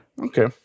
Okay